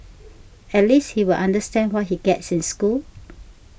at least he'll understand when he gets in school